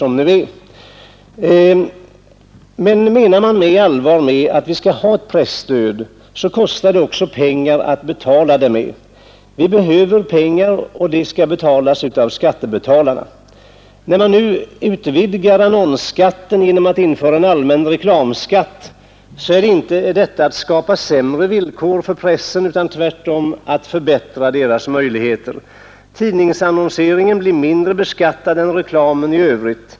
Men om man menar allvar med talet om att vi skall ha ett presstöd, så kostar det också pengar. Vi behöver pengar. Och de pengarna får tillskjutas av skattebetalarna. Men när man nu utvidgar annonsskatten genom att införa en allmän reklamskatt, så är det inte för att skapa sämre villkor för pressen utan tvärtom för att förbättra pressens möjligheter. Tidningsannonseringen blir nämligen mindre beskattad än reklamen i övrigt.